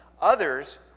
others